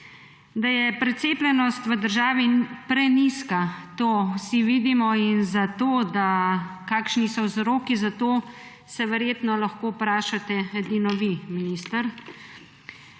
Da je precepljenost v državi prenizka, to vsi vidimo in kakšni so vzroki za to, se verjetno lahko vprašate edino vi, minister.